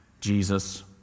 Jesus